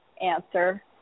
answer